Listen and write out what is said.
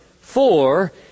four